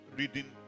reading